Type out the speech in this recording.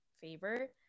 favor